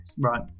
Right